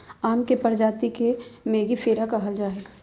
आम के प्रजाति के मेंगीफेरा कहल जाय हइ